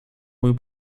mój